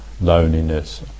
loneliness